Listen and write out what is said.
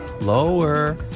Lower